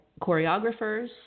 choreographers